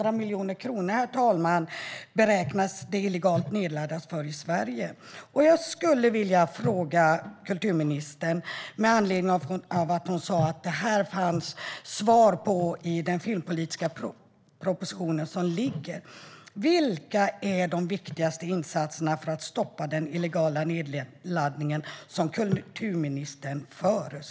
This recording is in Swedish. Det beräknas att det nedladdas illegalt i Sverige för över 800 miljoner kronor. Jag skulle vilja ställa en fråga till kulturministern, med anledning av att hon sa att det finns svar på detta i den filmpolitiska propositionen. Vilka är de viktigaste insatserna som kulturministern föreslår för att stoppa den illegala nedladdningen?